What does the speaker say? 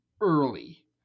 early